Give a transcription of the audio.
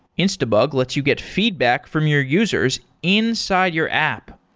instabug lets you get feedback from your users inside your app.